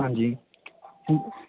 ਹਾਂਜੀ